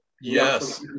Yes